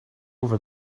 over